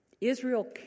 Israel